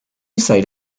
site